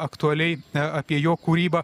aktualiai apie jo kūrybą